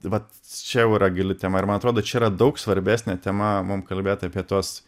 vat čia jau yra gili tema ir man atrodo čia yra daug svarbesnė tema mum kalbėt apie tuos